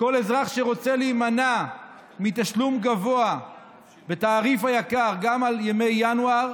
כל אזרח שרוצה להימנע מתשלום גבוה בתעריף היקר גם על ימי ינואר,